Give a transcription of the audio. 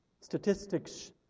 Statistics